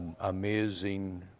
amazing